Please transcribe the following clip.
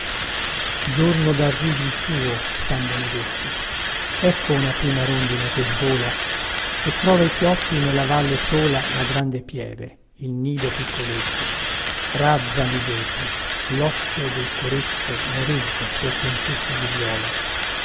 sospira giorno darrivi il tuo san benedetto ecco una prima rondine che svola e trova i pioppi nella valle sola la grande pieve il nido piccoletto razzano i vetri locchio del coretto nereggia sotto un ciuffo di vïola